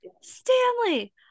stanley